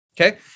Okay